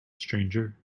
stranger